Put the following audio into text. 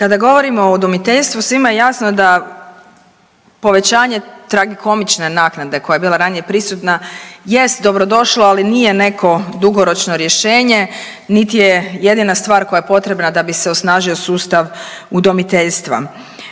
Kada govorimo o udomiteljstvu svima je jasno da povećanje tragikomične naknade koja je bila ranije prisutna jest dobrodošlo, ali nije neko dugoročno rješenje, niti je jedina stvar koja je potrebna da bi se osnažio sustav udomiteljstva.